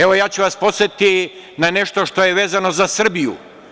Evo, ja ću vas podsetiti na nešto što je vezano za Srbiju.